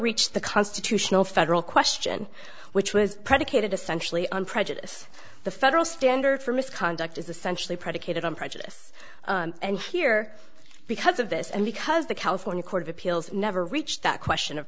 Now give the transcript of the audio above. reached the constitutional federal question which was predicated essentially on prejudice the federal standard for misconduct is essentially predicated on prejudice and here because of this and because the california court of appeals never reached that question of